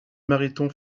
mariton